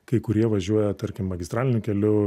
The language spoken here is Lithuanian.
kai kurie važiuoja tarkim magistraliniu keliu